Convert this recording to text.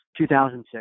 2006